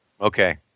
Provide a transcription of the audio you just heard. Okay